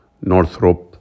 Northrop